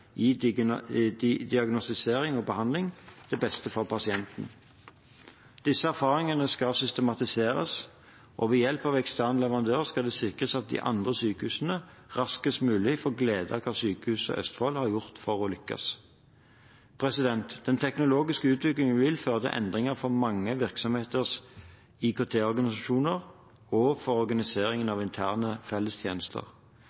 i diagnostisering og behandling – til beste for pasientene. Disse erfaringene skal systematiseres, og ved hjelp av ekstern leverandør skal det sikres at de andre sykehusene raskest mulig får glede av hva Sykehuset Østfold har gjort for å lykkes. Den teknologiske utviklingen vil føre til endringer for mange virksomheters IKT-organisasjoner og for organiseringen